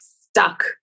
stuck